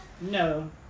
No